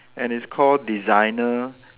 and it's call designer